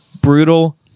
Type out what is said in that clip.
brutal